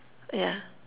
yeah